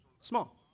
Small